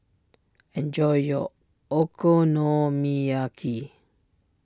enjoy your Okonomiyaki